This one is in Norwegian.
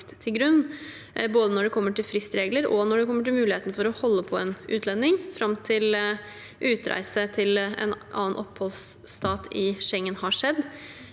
til grunn, både når det gjelder fristregler, og når det gjelder muligheten for å holde på en utlending fram til utreise til en annen oppholdsstat i Schengen har skjedd.